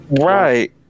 right